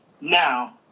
Now